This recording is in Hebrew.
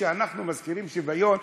כשאנחנו מזכירים שוויון,